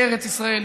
לארץ ישראל,